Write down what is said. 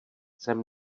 jsem